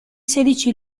sedici